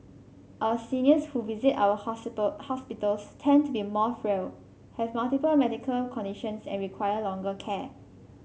our seniors who visit our hospitals tend to be more frail have multiple medical conditions and require longer care